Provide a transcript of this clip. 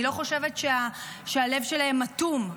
אני לא חושבת שהלב שלהם אטום,